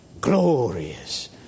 Glorious